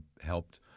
helped